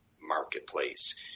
marketplace